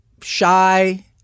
shy